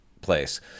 place